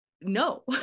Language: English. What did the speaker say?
no